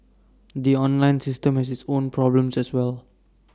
the online system has its own problems as well